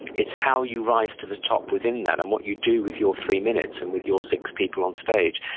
it's how you rise to the top within that and what you do with your three minutes and with your six people on stage.